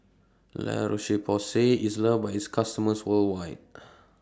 La Roche Porsay IS loved By its customers worldwide